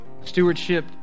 stewardship